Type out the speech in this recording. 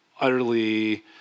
utterly